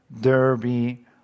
Derby